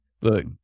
Look